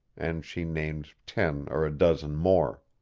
and she named ten or a dozen more.